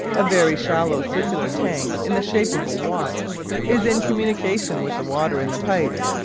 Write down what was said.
a very shallow circular tank in the shape of a watch is in communication with the water in the pipes,